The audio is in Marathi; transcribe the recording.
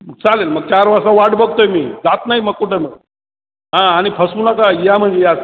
मग चालेल मग चार वाजता वाट बघतो आहे मी जात नाही मग कुठं मग हा आणि फसवू नका या म्हणजे याच